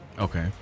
Okay